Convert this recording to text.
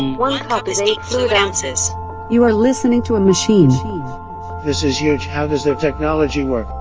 once cup is eight fluid ounces you are listening to a machine this is huge. how does their technology work?